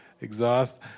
exhaust